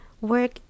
work